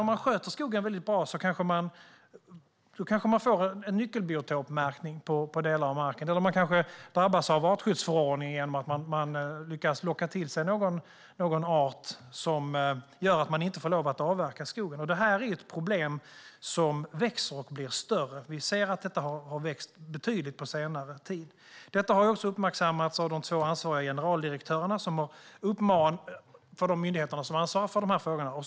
Om man sköter skogen väldigt bra kanske man får en nyckelbiotopmärkning på delar av marken eller drabbas av artskyddsförordningen genom att man lyckas locka till sig någon art som gör att man inte får lov att avverka skogen. Detta är ett problem som blir större, och vi ser att det har växt betydligt på senare tid. Detta har uppmärksammats av generaldirektörerna för de två myndigheter som ansvarar för dessa frågor.